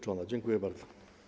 Dziękuję bardzo.